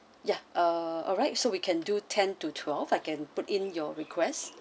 yeah uh alright so we can do ten to twelve I can put in your request